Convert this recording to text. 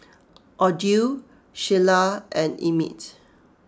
Odile Sheila and Emit